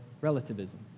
relativism